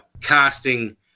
casting